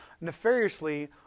nefariously